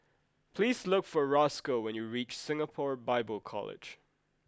please look for Roscoe when you reach Singapore Bible College